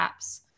apps